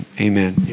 amen